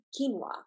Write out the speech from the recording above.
quinoa